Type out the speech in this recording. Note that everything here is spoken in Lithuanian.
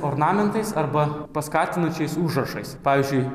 ornamentais arba paskatinančiais užrašais pavyzdžiui